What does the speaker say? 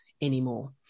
anymore